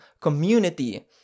community